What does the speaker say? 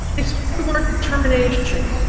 it's part of our determination,